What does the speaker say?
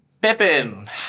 Pippin